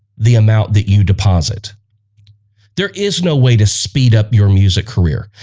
the amount that you deposit there is no way to speed up your music career.